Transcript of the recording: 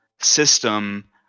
system